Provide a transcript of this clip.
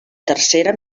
tercera